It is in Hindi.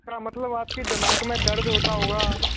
इसका मतलब आपकी दिमाग़ में दर्द होता होगा